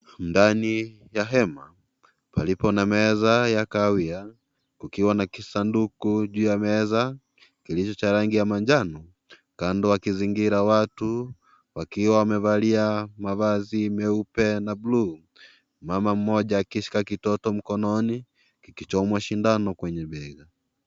Ndani ya hema, palipo na meza ya kahawia, kukiwa na kisanduku juu ya meza kilicho cha rangi ya manjano, kando akizingira watu wakiwa wamevalia mavazi meupe na bluu. Mama mmoja akishika kitoto mkononi, kichomwa sindano kwenye bega.